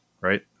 right